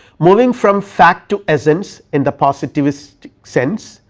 moving from fact to essence in the positivistic sense,